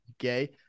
Okay